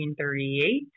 1938